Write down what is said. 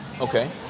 Okay